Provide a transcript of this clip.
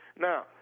Now